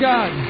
God